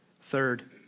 Third